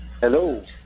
Hello